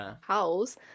house